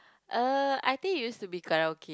uh I think it used to be karaoke